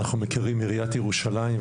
אנחנו מכירים מעיריית ירושלים,